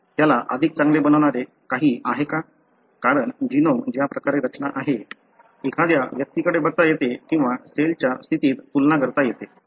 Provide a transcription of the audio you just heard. त्याला अधिक चांगले बनवणारे काही आहे का कारण जीनोम ज्या प्रकारे रचना आहे एखाद्या व्यक्तीकडे बघता येते किंवा सेलच्या स्थितीत तुलना करता येते